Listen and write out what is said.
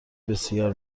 بسیار